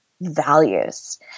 values